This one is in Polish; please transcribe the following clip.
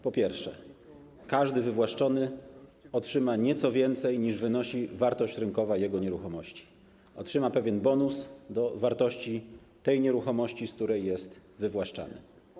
Po pierwsze, każdy wywłaszczony otrzyma nieco więcej, niż wynosi wartość rynkowa jego nieruchomości, czyli otrzyma pewien bonus do wartości tej nieruchomości, z której jest wywłaszczany.